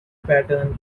pattern